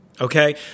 Okay